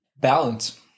Balance